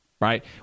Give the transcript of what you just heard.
Right